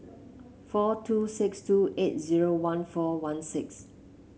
four two six two eight zero one four one six